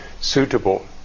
suitable